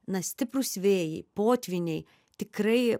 na stiprūs vėjai potvyniai tikrai